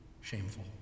shameful